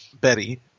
Betty